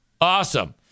Awesome